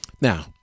Now